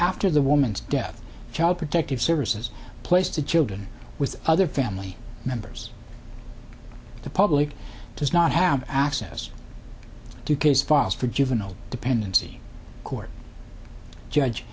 after the woman's death child protective services placed to children with other family members the public does not have access to case files for juvenile dependency court judge